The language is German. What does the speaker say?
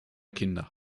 kinder